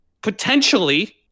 Potentially